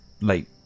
late